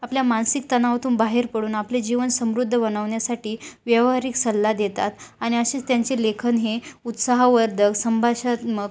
आपल्या मानसिक तणावातून बाहेर पडून आपले जीवन समृद्ध बनवण्यासाठी व्यावहारिक सल्ला देतात आणि असेच त्यांचे लेखन हे उत्साहवर्धक संभाषणात्मक